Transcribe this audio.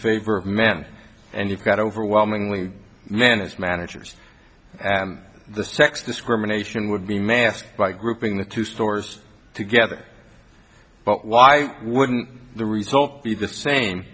favor of men and you've got overwhelmingly men as managers and the sex discrimination would be masked by grouping the two stores together but why wouldn't the result be the same